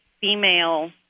female